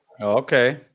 Okay